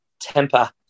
temper